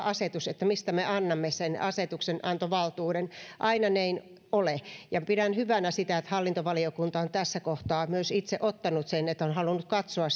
asetus mistä me annamme sen asetuksenantovaltuuden aina näin ei ole pidän hyvänä sitä että hallintovaliokunta on tässä kohtaa myös itse halunnut katsoa